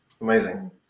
Amazing